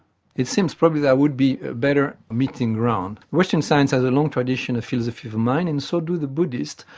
it seems probably that would be a better meeting round. western science has a long tradition of philosophy of of mind, and so do the buddhists.